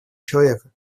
человека